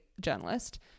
journalist